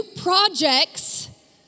projects